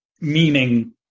meaning